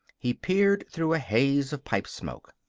he peered through a haze of pipe smoke.